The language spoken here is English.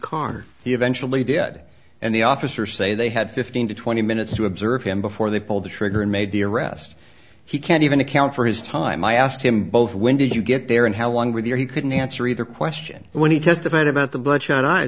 eventually did and the officers say they had fifteen to twenty minutes to observe him before they pulled the trigger and made the arrest he can't even account for his time i asked him both when did you get there and how long with you he couldn't answer either question when he testified about the bloodshot eyes